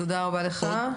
תודה רבה לך.